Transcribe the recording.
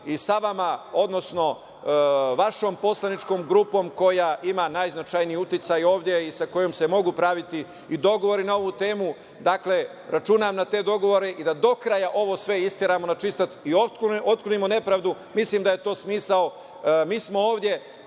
i sa vama, odnosno vašom poslaničkom grupom koja ima najznačajniji uticaj ovde i sa kojom se mogu praviti i dogovori na ovu temu. Dakle, računam na te dogovore i da do kraja sve ovo isteramo na čistac i otklonimo nepravdu. Mislim da je to smisao. Mi smo ovde